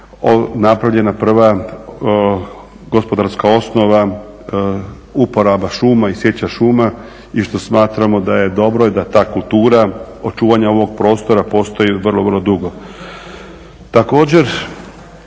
napravljena prva gospodarska osnova uporaba šuma i sječa šuma i što smatramo da je dobro i da ta kultura očuvanja ovog prostora postoji vrlo, vrlo dugo. Također